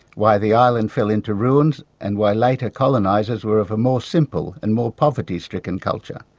why the island fell into ruins and why later colonisers were of a more simple and more poverty stricken culture.